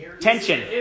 Tension